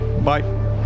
Bye